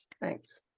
Thanks